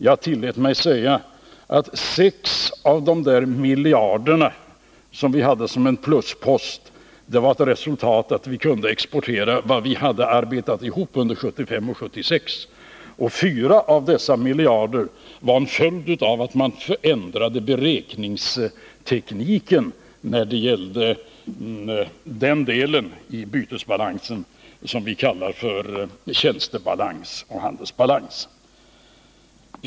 Jag tillät mig säga: Sex av de miljarder som vi hade som en pluspost var ett resultat av att vi Nr 30 kunde exportera vad vi hade arbetat ihop under 1975 och 1976, och fyra av miljarderna var en följd av en ändrad beräkningsteknik beträffande den del av bytesbalansen som vi kallar tjänstebalans och handelsbalans.